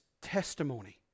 testimony